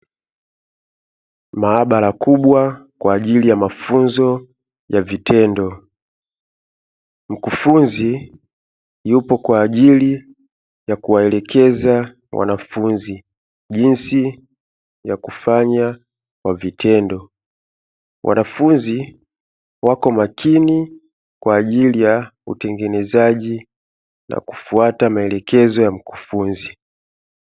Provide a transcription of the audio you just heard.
Maabara kubwa kwa ajili ya mafunzo ya vitendo mkufunzi yupo kwa ajili ya kuwaelekeza wanafunzi jinsi ya kufanya kwa vitendo, wanafunzi wako makini kwa ajili ya utengenezaji na kufuata maelekezo ya mkufunzi.